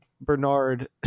bernard